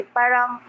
parang